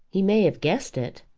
he may have guessed it.